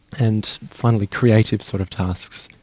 and finally, creative sort of tasks,